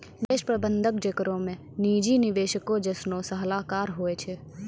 निवेश प्रबंधन जेकरा मे निजी निवेशको जैसनो सलाहकार होय छै